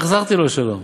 והחזרתי לו שלום".